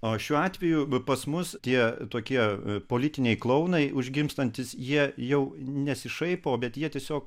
o šiuo atveju pas mus tie tokie politiniai klounai užgimstantys jie jau nesišaipo bet jie tiesiog